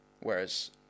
whereas